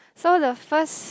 so the first